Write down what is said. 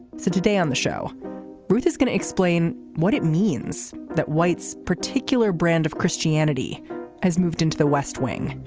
so today on the show ruth is going to explain what it means that whites particular brand of christianity has moved into the west wing.